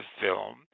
Film